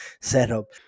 setup